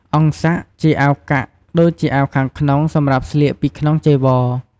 អង្ស័ក ជាអាវកាក់ដូចជាអាវខាងក្នងសម្រាប់ស្លៀកពីក្នុងចីវរ។